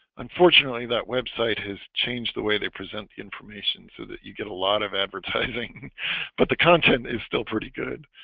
unfortunately that website has changed the way they present the information so that you get a lot of advertising but the content is still pretty good